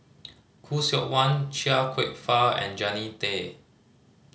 Khoo Seok Wan Chia Kwek Fah and Jannie Tay